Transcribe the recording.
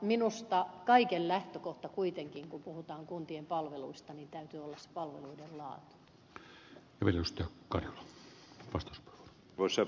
minusta kaiken lähtökohta kuitenkin kun puhutaan kuntien palveluista täytyy olla se palveluiden laatu